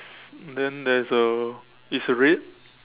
then there's a it's red